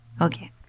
Okay